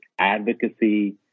advocacy